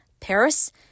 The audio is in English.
Paris